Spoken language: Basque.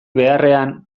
beharrean